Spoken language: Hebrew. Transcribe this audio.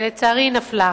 ולצערי היא נפלה.